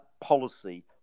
policy